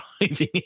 driving